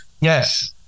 Yes